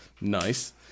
Nice